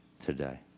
today